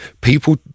People